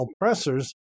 oppressors